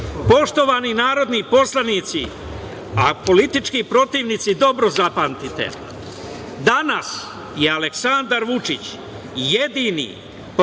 Vučić. Poštovani narodni poslanici, a politički protivnici dobro zapamtite, danas je Aleksandar Vučić jedini, podvlačim,